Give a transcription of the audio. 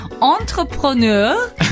entrepreneur